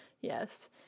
Yes